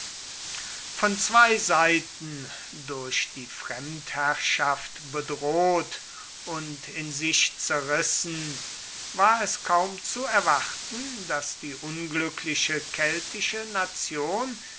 von zwei seiten durch die fremdherrschaft bedroht und in sich zerrissen war es kaum zu erwarten daß die unglückliche keltische nation